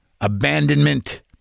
abandonment